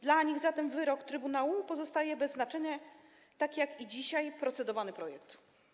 Dla nich zatem wyrok trybunału pozostaje bez znaczenia tak jak i dzisiaj procedowany projekt.